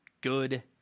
good